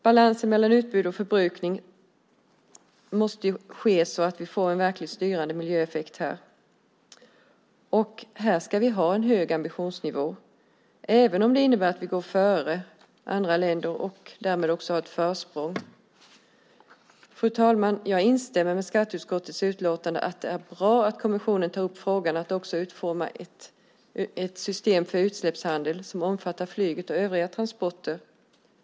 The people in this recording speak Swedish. Balansen mellan utbud och förbrukning måste ske så att vi får en verkligt styrande miljöeffekt här. Här ska vi ha en hög ambitionsnivå, även om det innebär att vi går före andra länder och därmed också har ett försprång. Fru talman! Jag instämmer i skatteutskottets utlåtande. Det är bra att kommissionen tar upp frågan och att man också utformar ett system för utsläppshandel som omfattar flyget och övriga transporter.